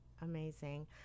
amazing